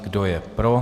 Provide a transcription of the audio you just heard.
Kdo je pro?